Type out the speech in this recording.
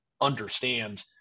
understand